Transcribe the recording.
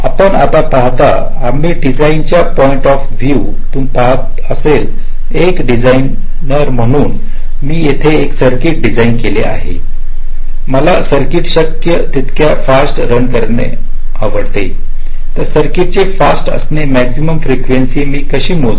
आपण आता पाहता आम्ही डीझाईन च्या पॉईंट ऑफ व्हिएव तून पाहत आहोत एक डीझाईन र म्हणून पहा मी हे सर्किट डीझाईन केलेले आहे मला मा सर्किट शक्य तितक्या फास्ट रण असे वाटते तर सर्किट चे फास्ट असणे मॅक्सिमम फ्रीकेंसी मी कशी मोजू